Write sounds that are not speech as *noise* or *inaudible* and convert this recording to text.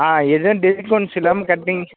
ஆ எதுவும் *unintelligible* இல்லாமல் கட்னீங்க